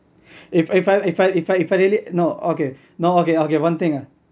if if I if I if I if I really no okay no okay okay one thing